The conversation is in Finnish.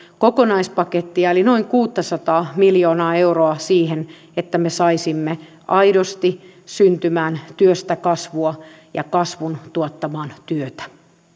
kokonaispakettia eli noin kuuttasataa miljoonaa euroa siihen että me saisimme aidosti syntymään työstä kasvua ja kasvun tuottamaan työtä